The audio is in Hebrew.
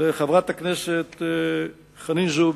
לחברת הכנסת חנין זועבי.